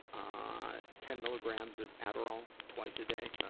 ah ten milligrams of adderall, twice a day.